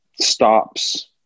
stops